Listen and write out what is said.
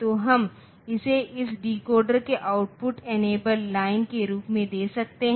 तो हम इसे इस डिकोडर के आउटपुट इनेबल लाइन के रूप में दे सकते हैं